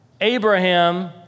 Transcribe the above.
Abraham